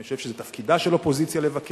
אני חושב שזה תפקידה של אופוזיציה לבקר,